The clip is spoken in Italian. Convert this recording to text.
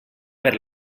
per